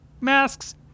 Masks